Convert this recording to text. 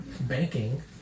banking